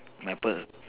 my pearl